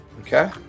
Okay